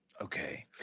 Okay